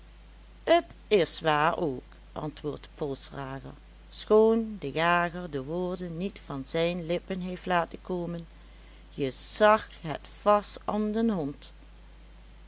t is waar ook antwoordt de polsdrager schoon de jager de woorden niet van zijn lippen heeft laten komen je zag het vast an den hond